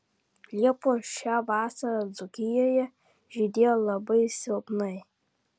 liepos šią vasarą dzūkijoje žydėjo labai silpnai